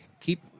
keep